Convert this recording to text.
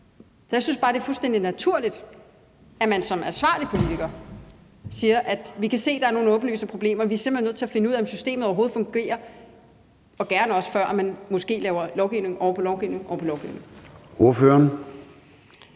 så jeg synes bare, det er fuldstændig naturligt, at man som ansvarlig politiker siger: Vi kan se, der er nogle åbenlyse problemer; vi er simpelt hen nødt til at finde ud af, om systemet overhovedet fungerer, og også gerne, før man måske laver lovgivning oven på lovgivning. Kl.